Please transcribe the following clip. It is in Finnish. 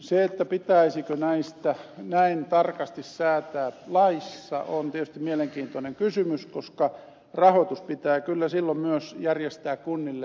se pitäisikö näistä näin tarkasti säätää laissa on tietysti mielenkiintoinen kysymys koska rahoitus pitää kyllä silloin myös järjestää kunnille